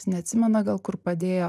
jis neatsimena gal kur padėjo